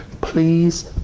please